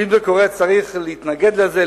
ואם זה קורה צריך להתנגד לזה,